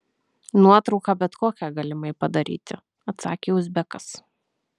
nuotrauką bet kokią galimai padaryti atsakė uzbekas